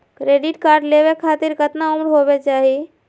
Credit card लेवे खातीर कतना उम्र होवे चाही?